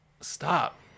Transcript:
Stop